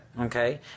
okay